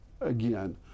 again